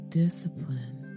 discipline